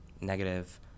negative